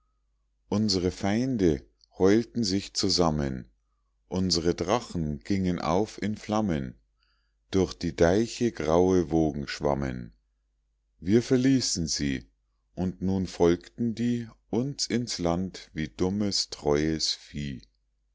uns're feinde heulten sich zusammen uns're drachen gingen auf in flammen durch die deiche graue wogen schwammen wir verließen sie und nun folgten die uns ins land wie dummes treues vieh